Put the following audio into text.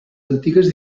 antigues